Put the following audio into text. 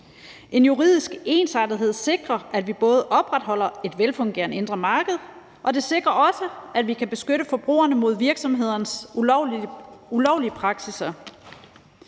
En juridisk ensartethed sikrer, at vi opretholder et velfungerende indre marked, og det sikrer også, at vi kan beskytte forbrugerne mod virksomheders ulovlige praksisser.